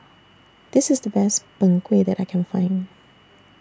This IS The Best Png Kueh that I Can Find